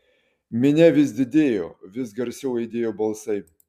minia vis didėjo vis garsiau aidėjo balsai